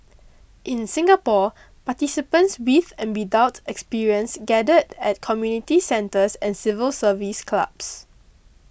in Singapore participants with and without experience gathered at community centres and civil service clubs